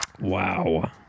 Wow